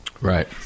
Right